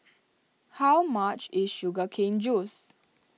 how much is Sugar Cane Juice